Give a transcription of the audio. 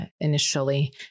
initially